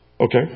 Okay